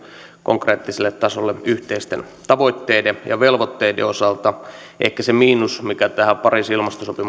konkreettiselle tasolle yhteisten tavoitteiden ja velvoitteiden osalta ehkä se miinus mikä tähän pariisin ilmastosopimukseen liittyy